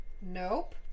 Nope